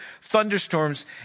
thunderstorms